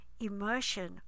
immersion